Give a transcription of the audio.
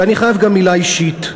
ואני חייב גם מילה אישית: